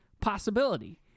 possibility